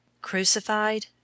Crucified